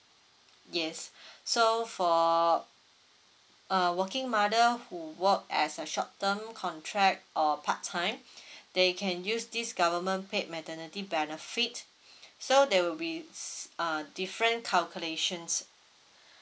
yes so for a working mother who work as a short term contract or part time they can use this government paid maternity benefit so they will be s~ a different calculations